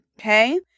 okay